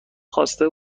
خواسته